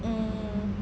mm